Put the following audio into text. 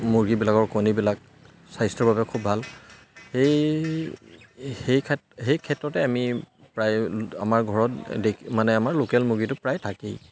মুৰ্গীবিলাকৰ কণীবিলাক স্বাস্থ্যৰ বাবে খুব ভাল সেই সেই সেই ক্ষেত্ৰতে আমি প্ৰায় আমাৰ ঘৰত মানে আমাৰ লোকেল মুৰ্গীটো প্ৰায় থাকেই